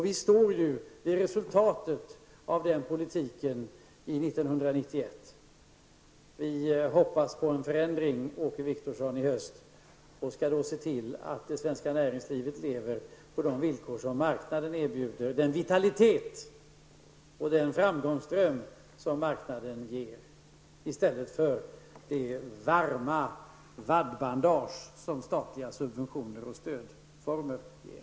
Vi står vid resultatet av den politiken 1991. Vi hoppas på en förändring i höst, Åke Wictorsson. Vi skall då se till att det svenska näringslivet lever på de villkor som marknaden erbjuder; den vitalitet och den framgångsdröm som marknaden ger i stället för det varma vaddbandage som statliga subventioner och stödformer ger.